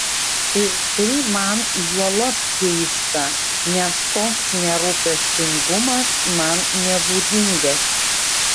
ir tai man juolab keista nes toks nerūpestingumas man nebūdingas